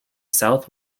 south